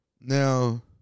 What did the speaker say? Now